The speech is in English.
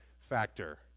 factor